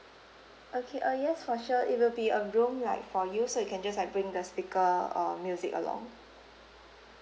okay uh yes for sure it will be a room like for you so you can just like bring the speaker or music along